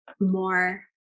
more